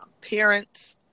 parents